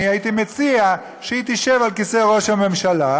אני הייתי מציע שהיא תשב על כיסא ראש הממשלה,